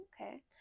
okay